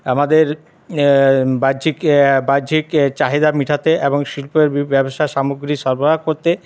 আমাদের বাহ্যিক বাহ্যিক চাহিদা মেটাতে এবং শিল্পের ব ব্যবসার সামগ্রী সরবরাহ করতে